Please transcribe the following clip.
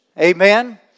Amen